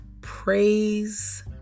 praise